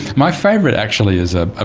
my favourite actually is a ah